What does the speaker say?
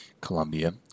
Colombia